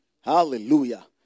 Hallelujah